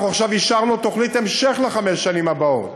עכשיו אישרנו תוכנית המשך לחמש השנים הבאות,